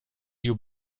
you